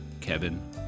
Kevin